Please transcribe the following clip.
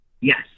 yes